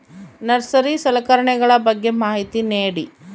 Nursery ಸಲಕರಣೆಗಳ ಬಗ್ಗೆ ಮಾಹಿತಿ ನೇಡಿ?